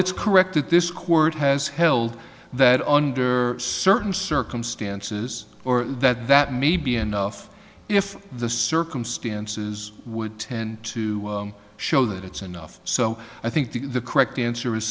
it's correct that this court has held that under certain circumstances or that that may be enough if the circumstances would tend to show that it's enough so i think the correct answer is